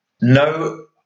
no